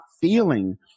feeling